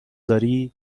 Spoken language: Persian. داری